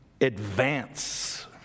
advance